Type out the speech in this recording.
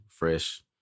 fresh